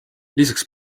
lisaks